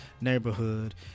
neighborhood